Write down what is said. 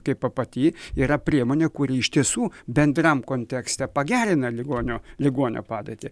kaip pati yra priemonė kuri iš tiesų bendram kontekste pagerina ligonio ligonio padėtį